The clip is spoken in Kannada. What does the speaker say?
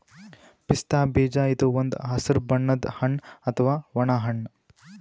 ಪಿಸ್ತಾ ಬೀಜ ಇದು ಒಂದ್ ಹಸ್ರ್ ಬಣ್ಣದ್ ಹಣ್ಣ್ ಅಥವಾ ಒಣ ಹಣ್ಣ್